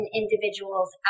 individuals